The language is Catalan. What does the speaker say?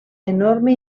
enorme